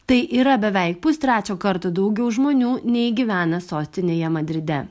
tai yra beveik pustrečio karto daugiau žmonių nei gyvena sostinėje madride